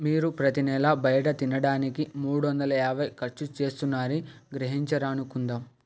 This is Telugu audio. మీరు ప్రతి నెలా బయట తినడానికి మూడు వందల యాబై ఖర్చు చేస్తున్నారని గ్రహించారనుకుందాము